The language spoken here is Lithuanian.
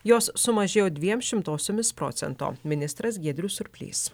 jos sumažėjo dviem šimtosiomis procento ministras giedrius siurplys